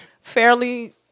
fairly